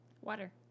Water